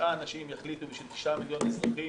שתשעה אנשים יחליטו בשביל 9 מיליון אזרחים